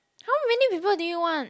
how many people do you want